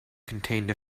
contained